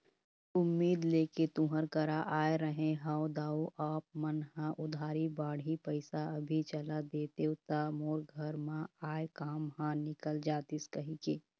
उम्मीद लेके तुँहर करा आय रहें हँव दाऊ आप मन ह उधारी बाड़ही पइसा अभी चला देतेव त मोर घर म आय काम ह निकल जतिस कहिके